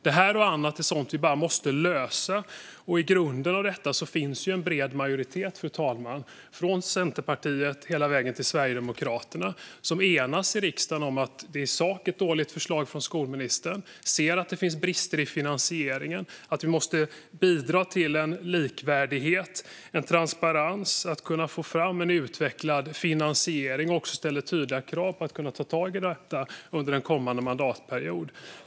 Detta och annat är sådant vi bara måste lösa. I grunden finns en bred majoritet, fru talman, från Centerpartiet hela vägen till Sverigedemokraterna, som enas i riksdagen om att det i sak är ett dåligt förslag från skolministern. De ser att det finns brister i finansieringen. Vi måste bidra till en likvärdighet, en transparens, och att kunna få fram en utvecklad finansiering och också ställa tydliga krav på att man ska kunna ta tag i detta under en kommande mandatperiod.